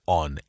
on